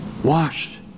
Washed